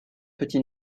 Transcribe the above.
petit